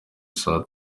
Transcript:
saa